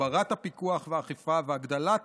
הגברת הפיקוח והאכיפה והגדלת